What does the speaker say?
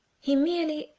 he merely,